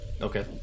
Okay